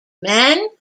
men